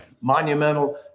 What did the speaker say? monumental